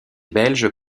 belges